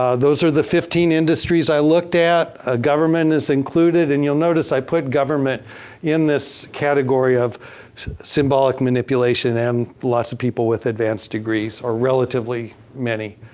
ah those are the fifteen industries i looked at. ah government is included, and you'll notice i put government in this category of symbolic manipulation and lots of people with advanced degrees are relatively many.